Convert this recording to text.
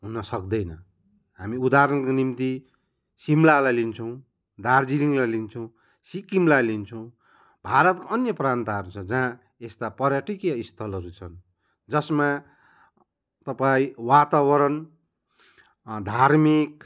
हुन सक्दैन हामी उदाहरणको निम्ति शिमलालाई लिन्छौँ दार्जिलिङलाई लिन्छौँ सिक्किमलाई लिन्छौँ भारत अन्य प्रान्तहरू छ जहाँ यस्ता पर्यटकिय स्थलहरू छन् जसमा तपाईँ वातावरण धार्मिक